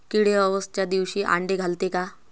किडे अवसच्या दिवशी आंडे घालते का?